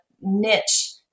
niche